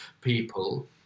people